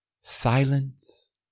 Silence